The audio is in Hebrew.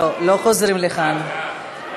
לא חוזרים לכאן.